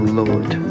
lord